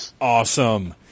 Awesome